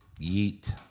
Yeet